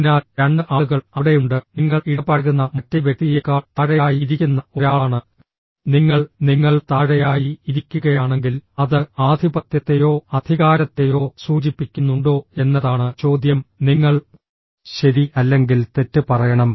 അതിനാൽ രണ്ട് ആളുകൾ അവിടെയുണ്ട് നിങ്ങൾ ഇടപഴകുന്ന മറ്റേ വ്യക്തിയേക്കാൾ താഴെയായി ഇരിക്കുന്ന ഒരാളാണ് നിങ്ങൾ നിങ്ങൾ താഴെയായി ഇരിക്കുകയാണെങ്കിൽ അത് ആധിപത്യത്തെയോ അധികാരത്തെയോ സൂചിപ്പിക്കുന്നുണ്ടോ എന്നതാണ് ചോദ്യം നിങ്ങൾ ശരി അല്ലെങ്കിൽ തെറ്റ് പറയണം